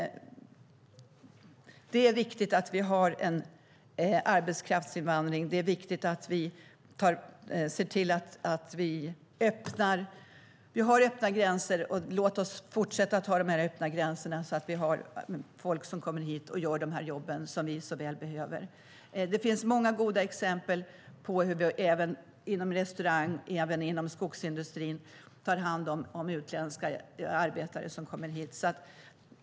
Det är viktigt att vi har en arbetskraftsinvandring. Vi har öppna gränser. Låt oss fortsätta att ha de här öppna gränserna, så att folk kommer hit och gör de här jobben, som vi så väl behöver. Det finns många goda exempel på hur vi även inom restaurangbranschen och inom skogsindustrin tar hand om utländska arbetare som kommer hit.